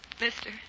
Mister